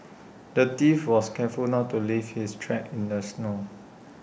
the thief was careful not to leave his tracks in the snow